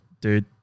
dude